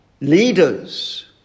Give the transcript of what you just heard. leaders